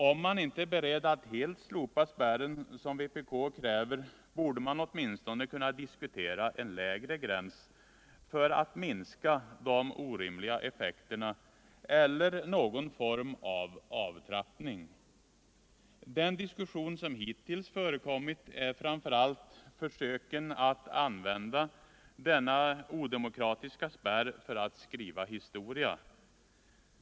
Om man inte är beredd att helt slopa spärren, som vpk kräver, borde man åtminstone kunna diskutera en lägre gräns för att minska de orimliga effekterna, eller någon form av avtrappning. Den diskussion som hittills förekommit är framför allt försöken att använda denna odemokratiska spärr för att skriva historia.